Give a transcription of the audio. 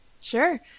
Sure